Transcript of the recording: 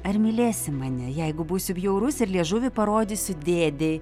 ar mylėsi mane jeigu būsiu bjaurus ir liežuvį parodysiu dėdei